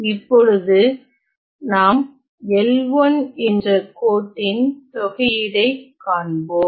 இப்போது நாம் L1 என்ற கோட்டின் தொகையீட்டை காண்போம்